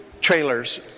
trailers